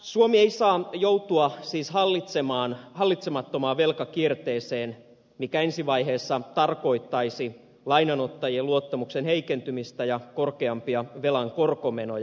suomi ei saa joutua siis hallitsemattomaan velkakierteeseen mikä ensi vaiheessa tarkoittaisi lainanottajien luottamuksen heikentymistä ja korkeampia velan korkomenoja